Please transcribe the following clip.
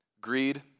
Greed